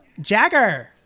Jagger